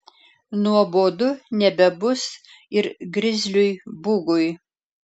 nuobodu nebebus ir grizliui bugui